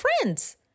friends